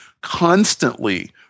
constantly